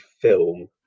film